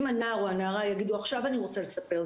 אם הנער או הנערה יגידו: עכשיו אני רוצה לספר,